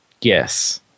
Yes